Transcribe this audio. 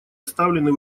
оставлены